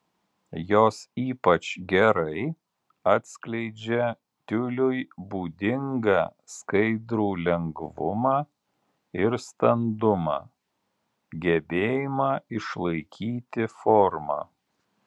jos ypač gerai atskleidžia tiuliui būdingą skaidrų lengvumą ir standumą gebėjimą išlaikyti formą